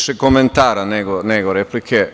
Više komentara nego replike.